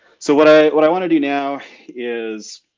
so what i what i want to do now is